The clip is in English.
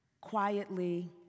Quietly